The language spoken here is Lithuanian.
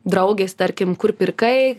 draugės tarkim kur pirkai